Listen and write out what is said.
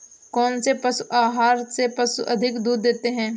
कौनसे पशु आहार से पशु अधिक दूध देते हैं?